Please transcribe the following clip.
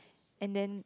and then